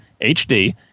HD